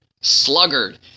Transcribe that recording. Sluggard